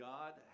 God